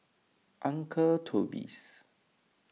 Uncle Toby's